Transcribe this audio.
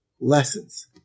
lessons